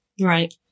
Right